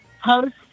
Host